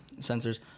sensors